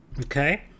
Okay